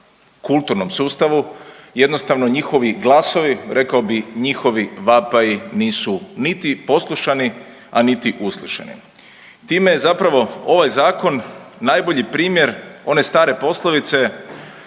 kulturnom sustavu jednostavno njihovi glasovi rekao bi njihovi vapaji nisu niti poslušani, a niti uslišeni. Time je zapravo ovaj zakon najbolji primjer one stare poslovice,